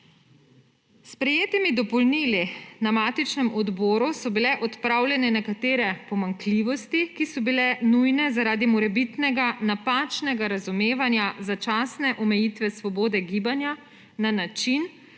S sprejetimi dopolnili na matičnem odboru so bile odpravljene nekatere pomanjkljivosti, ki so bile nujne zaradi morebitnega napačnega razumevanja začasne omejitve svobode gibanja na način,